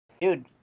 dude